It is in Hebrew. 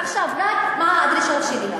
עכשיו, רק מה הדרישות שלי.